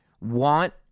want